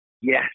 yes